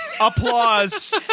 Applause